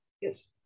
Yes